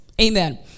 amen